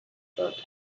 about